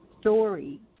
story